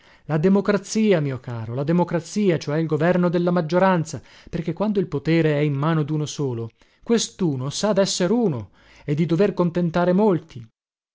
la democrazia mio caro la democrazia cioè il governo della maggioranza perché quando il potere è in mano duno solo questuno sa desser uno e di dover contentare molti